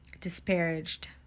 disparaged